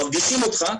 מרגישים אותך,